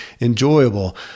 enjoyable